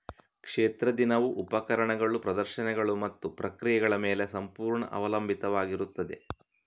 ಕ್ಷೇತ್ರ ದಿನವು ಉಪಕರಣಗಳು, ಪ್ರದರ್ಶನಗಳು ಮತ್ತು ಪ್ರಕ್ರಿಯೆಗಳ ಮೇಲೆ ಸಂಪೂರ್ಣ ಅವಲಂಬಿತವಾಗಿರುತ್ತದೆ